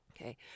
Okay